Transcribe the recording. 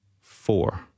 four